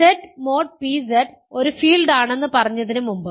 Z mode pZ ഒരു ഫീൽഡാണെന്ന് പറഞ്ഞതിന് മുമ്പ്